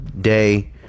day